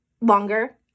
longer